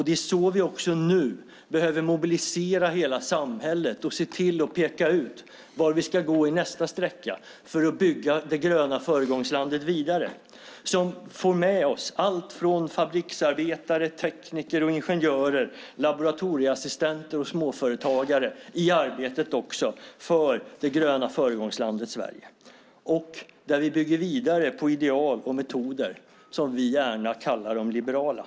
Det är så vi också nu behöver mobilisera hela samhället och se till att peka ut vart vi ska gå i nästa sträcka för att bygga det gröna föregångslandet vidare. Så får vi med oss alla från fabriksarbetare, tekniker, ingenjörer, laboratorieassistenter och småföretagare i arbetet för det gröna föregångslandet Sverige. Där bygger vi vidare på ideal och metoder som vi gärna kallar liberala.